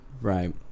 Right